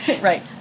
Right